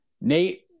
Nate